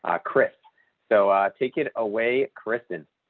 ah chris so take it away. kristin.